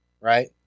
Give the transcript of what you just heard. right